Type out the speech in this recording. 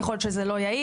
יכול להיות שזה לא יעיל,